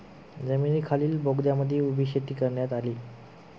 जमिनीखालील बोगद्यांमध्येही उभी शेती करण्यात आली